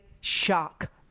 shock